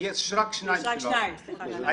רק שניים לא עברו.